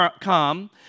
come